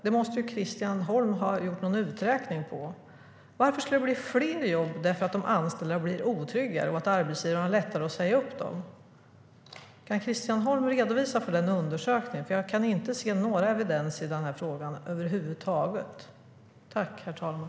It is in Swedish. Det måste ju Christian Holm ha gjort någon uträkning på. Varför skulle det bli fler jobb för att de anställda blir otryggare och arbetsgivarna har lättare att säga upp dem? Kan Christian Holm redogöra för den undersökningen? Jag kan inte se några evidens över huvud taget i den här frågan.